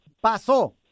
pasó